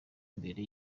imbere